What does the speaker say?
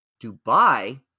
Dubai